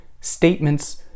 statements